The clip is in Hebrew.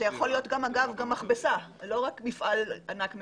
זאת יכולה להיות גם מכבסה ולא רק מפעל ענק מזהם.